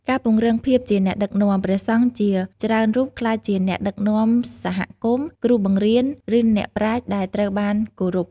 ការពង្រឹងភាពជាអ្នកដឹកនាំ ព្រះសង្ឃជាច្រើនរូបក្លាយជាអ្នកដឹកនាំសហគមន៍ គ្រូបង្រៀន ឬអ្នកប្រាជ្ញដែលត្រូវបានគោរព។